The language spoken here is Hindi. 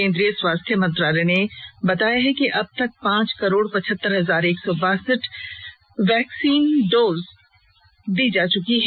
केन्द्रीय स्वास्थ्य मंत्रालय ने बताया है कि अब तक पांच करोड़ पच्छहतर हजार एक सौ बासठ वैक्सीन डोज दी जा चुकी हैं